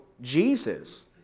Jesus